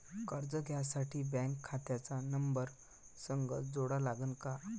कर्ज घ्यासाठी बँक खात्याचा नंबर संग जोडा लागन का?